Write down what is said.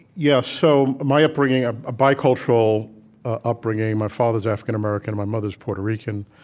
yeah, so, my upbringing, a bicultural ah upbringing, my father's african-american. my mother's puerto rican.